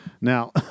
Now